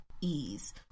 ease